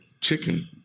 chicken